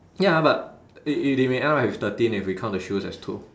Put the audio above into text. ya but it it it may end up with thirteen if we count the shoes as two